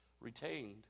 retained